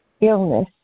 illness